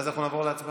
אז נעבור להצבעה.